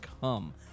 come